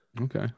Okay